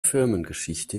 firmengeschichte